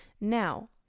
now